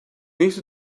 nächste